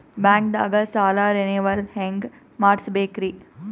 ಬ್ಯಾಂಕ್ದಾಗ ಸಾಲ ರೇನೆವಲ್ ಹೆಂಗ್ ಮಾಡ್ಸಬೇಕರಿ?